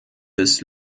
bis